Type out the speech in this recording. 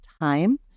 time